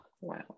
wow